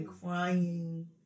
crying